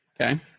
Okay